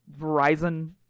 Verizon